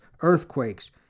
earthquakes